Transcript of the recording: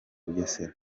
bugesera